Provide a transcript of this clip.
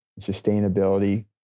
sustainability